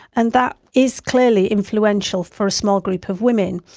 and that is clearly influential for a small group of women.